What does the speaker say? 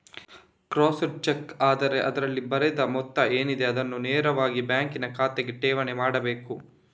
crossed cheque ಆದ್ರೆ ಅದ್ರಲ್ಲಿ ಬರೆದ ಮೊತ್ತ ಏನಿದೆ ಅದನ್ನ ನೇರವಾಗಿ ಬ್ಯಾಂಕಿನ ಖಾತೆಗೆ ಠೇವಣಿ ಮಾಡ್ಬೇಕು